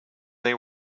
they